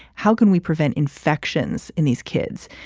how can we prevent infections in these kids?